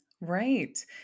right